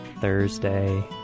Thursday